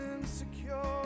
insecure